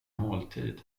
måltid